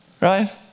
right